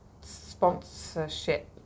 sponsorship